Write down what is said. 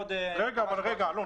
אלון,